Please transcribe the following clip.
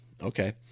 Okay